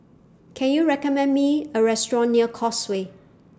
Can YOU recommend Me A Restaurant near Causeway